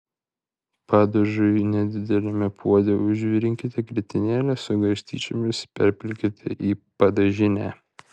padažui nedideliame puode užvirinkite grietinėlę su garstyčiomis perpilkite į padažinę